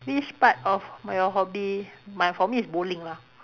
which part of my your hobby mine for me is bowling lah